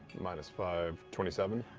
minus five. twenty seven?